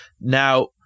Now